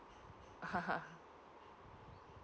ah ha ha